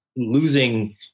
Losing